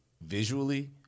visually